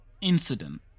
incident